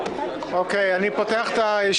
כפי שאמרתי,